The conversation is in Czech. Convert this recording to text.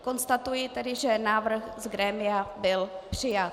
Konstatuji tedy, že návrh z grémia byl přijat.